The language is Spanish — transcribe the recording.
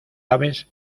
aves